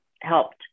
helped